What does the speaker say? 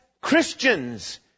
Christians